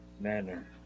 manner